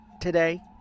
today